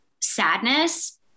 sadness